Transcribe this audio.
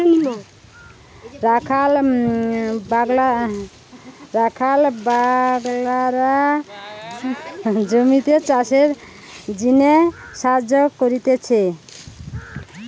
রাখাল বাগলরা জমিতে চাষের জিনে সাহায্য করতিছে